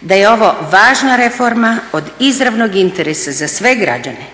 da je ovo važna reforma od izravnog interesa za sve građane,